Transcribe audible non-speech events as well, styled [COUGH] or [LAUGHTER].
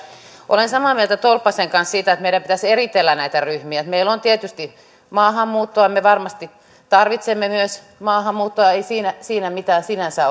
olen samaa mieltä tolppasen kanssa siitä että meidän pitäisi eritellä näitä ryhmiä meillä on tietysti maahanmuuttoa me varmasti myös tarvitsemme maahanmuuttoa ei siinä siinä mitään sinänsä [UNINTELLIGIBLE]